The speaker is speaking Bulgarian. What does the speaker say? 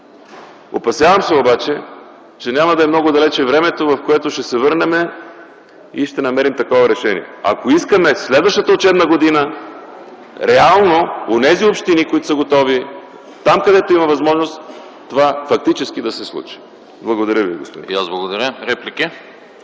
Опасявам се обаче, че няма да е много далеч времето, когато ще се върнем и ще намерим такова решение, ако искаме следващата учебна година онези общини, които са готови, там, където има възможност, това фактически да се случи. Благодаря ви. ПРЕДСЕДАТЕЛ АНАСТАС АНАСТАСОВ: И аз благодаря. Реплики?